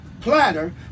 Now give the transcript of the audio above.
platter